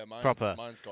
proper